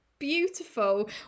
beautiful